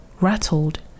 Rattled